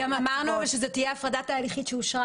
גם אמרנו שזאת תהיה הפרדה תהליכית שאושרה